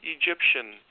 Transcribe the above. Egyptian